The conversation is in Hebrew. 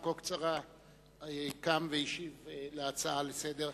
כה קצרה קם והשיב על ההצעה לסדר-היום.